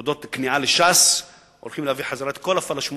תודות לכניעה לש"ס הולכים להביא חזרה את כל הפלאשמורה